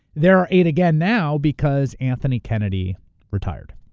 there are eight again now because anthony kennedy retired.